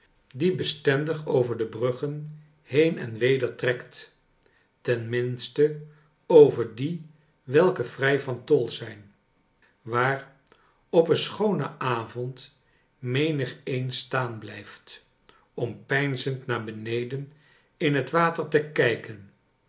die bestendig over de bruggen heen en weder trekt ten minste over die welke vrij van tol zijn waar op een schoonen avond menigeen staan blijft om peinzend naar beneden in het water te kijken